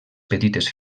petites